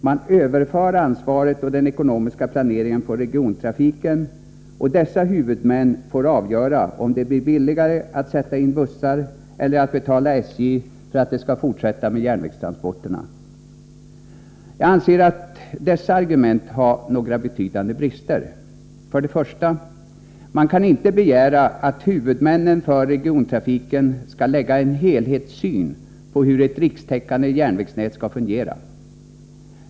Man överför ansvaret och den ekonomiska planeringen på regiontrafiken, och dess huvudmän får avgöra om det blir billigare att sätta in bussar eller att betala SJ för att SJ skall fortsätta med järnvägstransporterna. Jag anser att dessa argument har några betydande brister. Till att börja med kan man inte begära att huvudmännen för regiontrafiken skall ha en helhetssyn på hur ett rikstäckande järnvägsnät skall fungera.